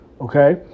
Okay